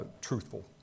truthful